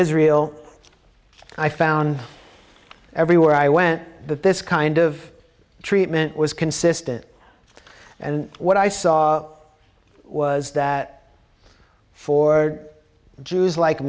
israel i found everywhere i went that this kind of treatment was consistent and what i saw was that for jews like